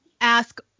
ask